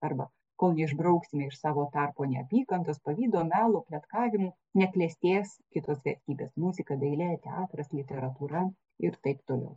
arba kol neišbrauksime iš savo tarpo neapykantos pavydo melo pletkavimų neklestės kitos vertybės muzika dailė teatras literatūra ir taip toliau